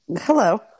hello